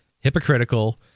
hypocritical